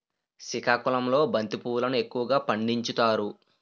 సికాకుళంలో బంతి పువ్వులును ఎక్కువగా పండించుతారు